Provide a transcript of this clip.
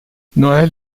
noel